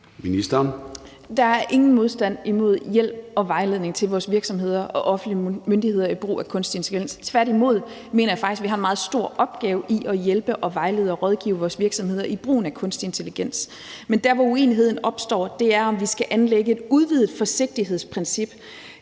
Der er ingen modstand mod hjælp og vejledning til vores virksomheder og offentlige myndigheder i forhold til brug af kunstig intelligens. Tværtimod mener jeg faktisk, vi har en meget stor opgave i at hjælpe, vejlede og rådgive vores virksomheder i brugen af kunstig intelligens. Men der, hvor uenigheden opstår, er, med hensyn til om vi skal anlægge et udvidet forsigtighedsprincip